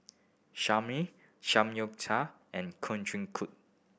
Salami Samgyeopsal and Kushikatsu